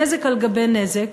נזק על גבי נזק,